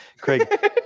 Craig